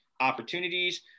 opportunities